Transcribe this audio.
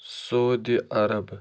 Saudi Arab